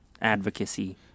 advocacy